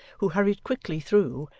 who hurried quickly through,